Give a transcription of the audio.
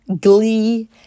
glee